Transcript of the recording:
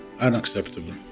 unacceptable